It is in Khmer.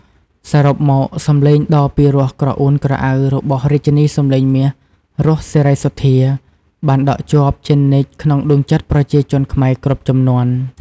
សរុបមក សំឡេងដ៏ពីរោះក្រអួនក្រអៅរបស់រាជិនីសំឡេងមាស រស់ សេរីសុទ្ធា បានដក់ជាប់ជានិច្ចក្នុងដួងចិត្តប្រជាជនខ្មែរគ្រប់ជំនាន់។